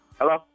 Hello